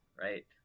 right